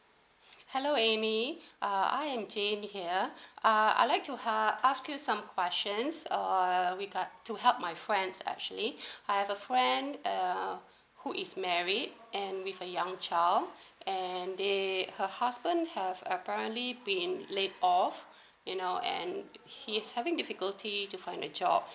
hello amy uh I am jane here uh I like to uh ask you some questions uh regard to help my friends actually I have a friend um who is married and with a young child and they her husband have apparently being laid off you know and he is having difficulty to find a job